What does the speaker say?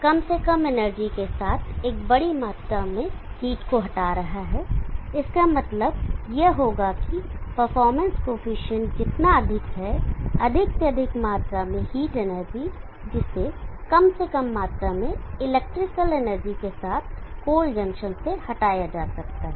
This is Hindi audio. कम से कम एनर्जी के साथ एक बड़ी मात्रा में हीट को हटा रहा है इसका मतलब यह होगा कि परफॉर्मेंस कॉएफिशिएंट जितना अधिक है अधिक से अधिक मात्रा में हीट एनर्जी जिसे कम से कम मात्रा में इलेक्ट्रिकल एनर्जी के साथ कोल्ड जंक्शन से हटाया जा सकता है